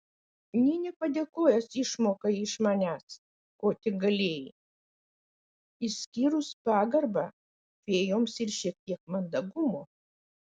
nė nepadėkojęs išmokai iš manęs ko tik galėjai išskyrus pagarbą fėjoms ir šiek tiek mandagumo